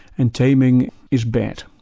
and taming is bad.